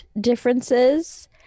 differences